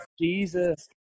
Jesus